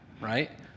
right